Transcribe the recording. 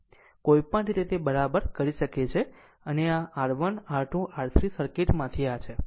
કોઈપણ રીતે તે બરાબર કરી શકે છે અને આ R1 R2 R3 સર્કિટમાંથી આ છે